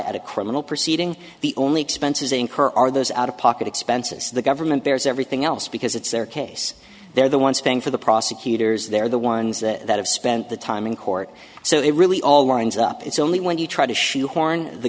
at a criminal proceeding the only expenses incurred are those out of pocket expenses the government there's every thing else because it's their case they're the ones paying for the prosecutors they're the ones that have spent the time in court so it really all lines up it's only when you try to shoehorn the